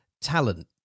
talent